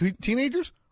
teenagers